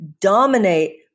dominate